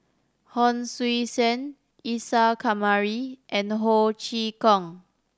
Hon Sui Sen Isa Kamari and Ho Chee Kong